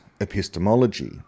epistemology